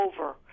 over